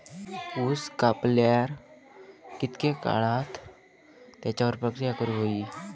ऊस कापल्यार कितके काळात त्याच्यार प्रक्रिया करू होई?